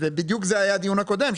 בדיוק זה היה הדיון הקודם,